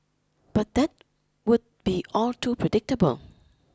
but that would be all too predictable